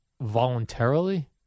voluntarily